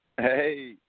Hey